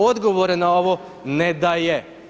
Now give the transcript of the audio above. Odgovore na ovo ne daje.